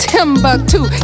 Timbuktu